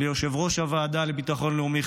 ליושב-ראש הוועדה לביטחון לאומי,